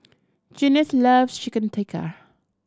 Junious loves Chicken Tikka